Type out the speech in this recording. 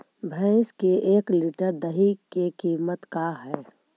भैंस के एक लीटर दही के कीमत का है?